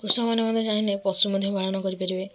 କୃଷକ ମାନେ ମଧ୍ୟ ଚାହିଁନେ ପଶୁ ମଧ୍ୟ ପାଳନ କରି ପାରିବେ